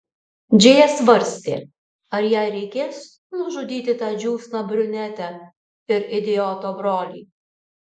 džėja svarstė ar jai reikės nužudyti tą džiūsną brunetę ir idioto brolį